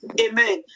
Amen